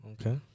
Okay